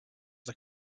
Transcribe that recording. they